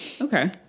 Okay